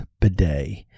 Bidet